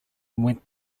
went